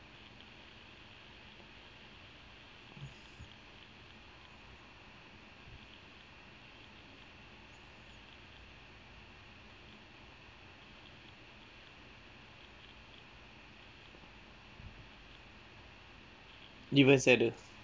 even saddest